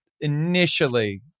initially